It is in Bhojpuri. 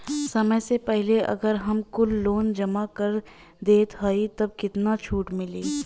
समय से पहिले अगर हम कुल लोन जमा कर देत हई तब कितना छूट मिली?